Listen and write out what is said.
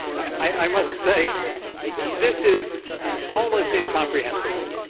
i must say this is almost incomprehensible.